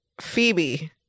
phoebe